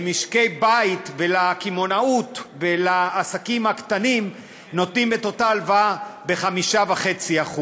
למשקי-בית ולקמעונאות ולעסקים קטנים נותנים את אותה הלוואה ב-5.5%.